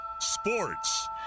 sports